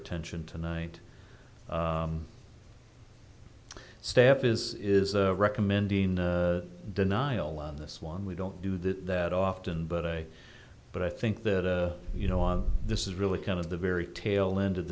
attention tonight staff is is recommending denial on this one we don't do that that often but i but i think that you know of this is really kind of the very tail end of